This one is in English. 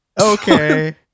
Okay